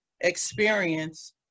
experience